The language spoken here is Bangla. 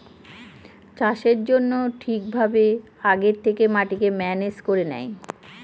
চাষের জন্য ঠিক ভাবে আগে থেকে মাটিকে ম্যানেজ করে নেয়